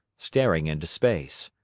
staring into space.